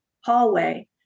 hallway